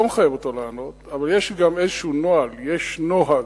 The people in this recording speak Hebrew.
לא מחייב אותו לענות, אבל יש גם נוהל, יש נוהג,